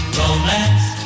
romance